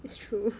is true